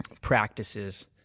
practices